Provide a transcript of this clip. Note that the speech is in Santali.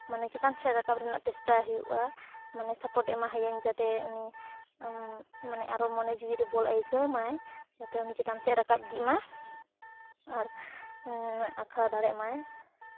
ᱢᱟᱱᱮ ᱪᱮᱛᱟᱱ ᱥᱮᱫ ᱨᱟᱠᱟᱵ ᱨᱮᱱᱟᱜ ᱪᱮᱥᱴᱟᱭ ᱦᱩᱭᱩᱜᱼᱟ ᱢᱟᱱᱮ ᱥᱟᱯᱳᱨᱴ ᱮᱢᱟᱭᱟᱹᱧ ᱡᱟᱛᱮ ᱩᱱᱤ ᱢᱟᱱᱮ ᱟᱨᱚ ᱢᱚᱱᱮ ᱡᱤᱣᱤᱨᱮ ᱵᱚᱞ ᱟᱹᱭᱠᱟᱹᱣ ᱢᱟᱭ ᱡᱟᱛᱮ ᱩᱱᱤ ᱪᱮᱛᱟᱱ ᱥᱮᱫ ᱨᱟᱠᱟᱵ ᱤᱫᱤᱜ ᱢᱟ ᱟᱨ ᱟᱸᱠᱟᱣ ᱫᱮᱲᱮᱜ ᱢᱟᱭ